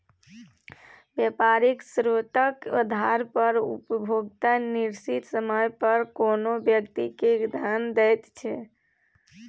बेपारिक शर्तेक आधार पर उपभोक्ता निश्चित समय पर कोनो व्यक्ति केँ धन दैत छै